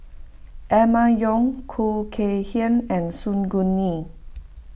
Emma Yong Khoo Kay Hian and Su Guaning